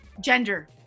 Gender